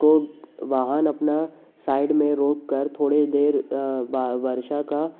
को वाहन अपना साइड में रोक कर थोड़े देर वर्षा का